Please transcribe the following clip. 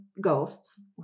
ghosts